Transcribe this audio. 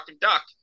duck